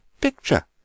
picture—